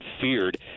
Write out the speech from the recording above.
feared